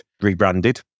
rebranded